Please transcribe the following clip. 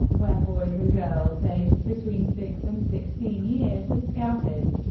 where boys and girls aged between six and sixteen years are scouted.